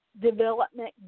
development